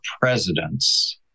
presidents